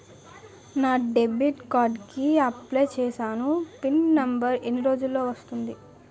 నా debit card కి apply చూసాను పిన్ నంబర్ ఎన్ని రోజుల్లో వస్తుంది?